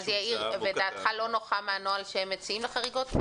יאיר, דעתך לא נוחה מהנוהל שהם מציעים לחריגות?